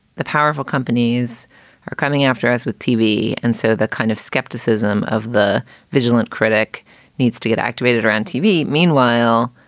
the powerful companies are coming after us with tv. and so the kind of skepticism of the vigilant critic needs to get activated around tv. meanwhile,